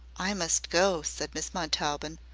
i must go, said miss montaubyn,